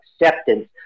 acceptance